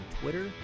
Twitter